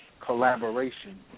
collaboration